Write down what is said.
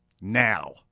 Now